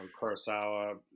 Kurosawa